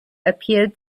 appeared